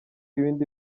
ibindi